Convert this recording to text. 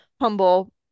humble